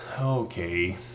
okay